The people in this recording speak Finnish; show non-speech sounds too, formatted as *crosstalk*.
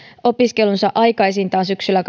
opiskelunsa aikaisintaan syksyllä *unintelligible*